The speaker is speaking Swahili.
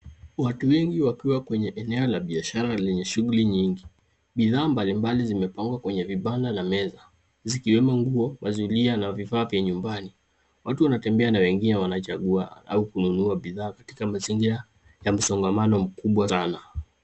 Watu wengi wakiwa kwenye eneo la biashara lenye shughuli nyingi. Bidhaa mbali mbali zimepangwa kwenye vibanda na meza, zikiwemo nguo, mazulia, na vifaa vya nyumbani. Watu wanatembea na wengine wanachagua au kununua bidhaa katika mazingira ya msongamano mkubwa sana.